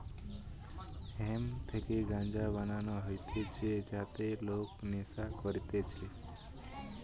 hemp থেকে গাঞ্জা বানানো হতিছে যাতে লোক নেশা করতিছে